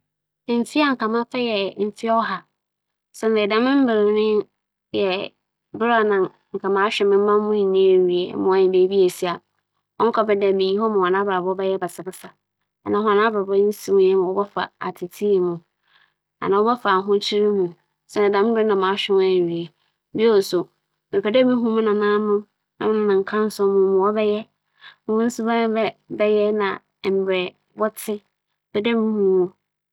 Sɛ merefa afe kor na medzi no mo nkwa nda nyinara a, nkyɛ afe a mebɛfa yɛ mfe du siantsir nye dɛ mfe du yɛ afe bi a sɛ edzi a ͻma ihu dɛ seseiara dze, ͻwͻ a nnso aber, ͻwͻ so a nnhyɛ da nnyin biara na hͻ no eso soma, na itum dwen biribi ho hu dɛ oye dɛ eyɛ anaa dɛ omo so a ihu.